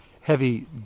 heavy